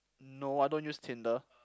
no I don't use tinder